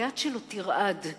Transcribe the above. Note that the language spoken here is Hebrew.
היד שלו תרעד,